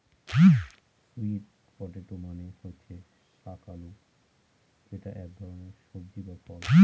sweet potato মানে হচ্ছে শাক আলু যেটা এক ধরনের সবজি বা ফল